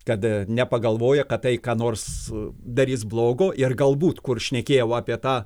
kad nepagalvoja kad tai ką nors darys blogo ir gal būt kur šnekėjau apie tą